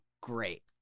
great